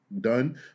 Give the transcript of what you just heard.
Done